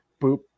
boop